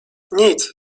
nic